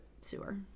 sewer